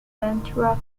ventura